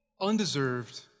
undeserved